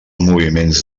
moviments